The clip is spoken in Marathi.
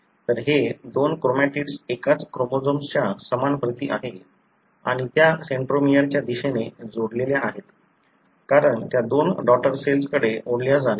तर हे दोन क्रोमॅटिड्स एकाच क्रोमोझोम्सच्या समान प्रती आहेत आणि त्या सेंट्रोमियरच्या दिशेने जोडलेल्या आहेत कारण त्या दोन डॉटर सेल्सकडे ओढल्या जाणार आहेत